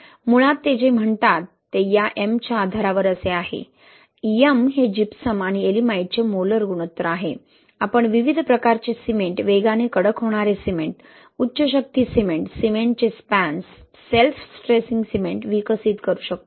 मुळात ते जे म्हणतात ते या M च्या आधारावर असे आहे M हे जिप्सम आणि येएलिमाइटचे मोलर गुणोत्तर आहे आपण विविध प्रकारचे सिमेंट वेगाने कडक होणारे सिमेंट उच्च शक्ती सिमेंट सिमेंटचे स्पॅन्स सेल्फ स्ट्रेसिंग सिमेंट विकसित करू शकतो